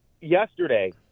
yesterday